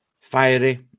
fiery